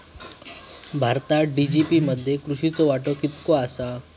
भारतात जी.डी.पी मध्ये कृषीचो वाटो कितको आसा?